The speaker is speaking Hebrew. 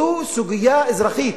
זו סוגיה אזרחית,